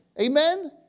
Amen